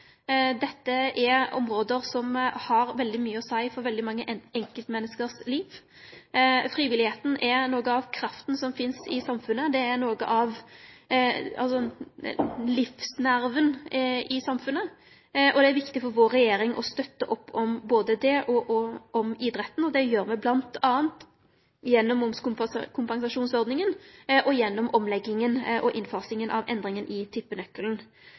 Dette er område som har svært mykje å seie for svært mange enkeltmenneskes liv. Frivilligheita er noko av krafta som finst i samfunnet. Det er noko av livsnerven i samfunnet, og det er viktig for regjeringa vår å stø opp om både det og om idretten. Det gjer me bl.a. gjennom momskompensasjonsordninga og gjennom omlegginga og innfasinga av endringane i